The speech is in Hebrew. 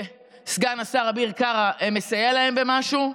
שסגן השר אביר קארה מסייע להם במשהו.